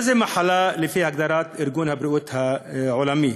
מהי מחלה, לפי הגדרת ארגון הבריאות העולמי?